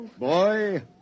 Boy